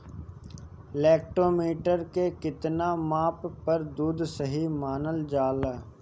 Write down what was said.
Lactometer के कितना माप पर दुध सही मानन जाला?